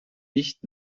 nicht